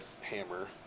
Hammer